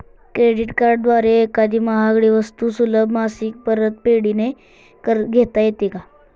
Credit कार्डद्वारे एखादी महागडी वस्तू सुलभ मासिक परतफेडने घेता येते का?